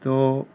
تو